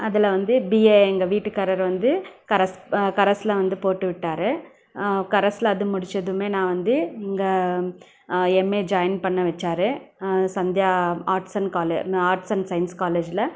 அதில் வந்து பிஏ எங்கள் வீட்டுக்காரர் வந்து கரஸ் கரஸில் வந்து போட்டுவிட்டார் கரஸில் அது முடிச்சதுமே நான் வந்து இங்கே எம்ஏ ஜாயின் பண்ண வச்சார் Sandhya arts and college arts and science காலேஜில்